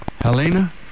Helena